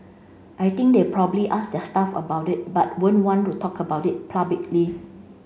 I think they'll probably ask their staff about it but won't want to talk about it publicly